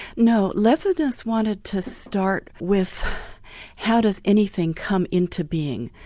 no, levinas wanted to start with how does anything come into being?